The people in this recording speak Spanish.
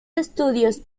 estudios